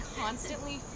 constantly